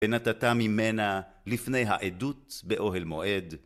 בנתתה ממנה, לפני העדות באוהל מועד,